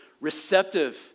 receptive